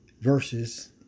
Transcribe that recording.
verses